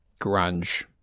grunge